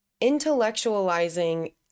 intellectualizing